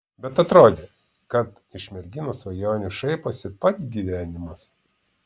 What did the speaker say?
bet atrodė kad iš merginos svajonių šaiposi pats gyvenimas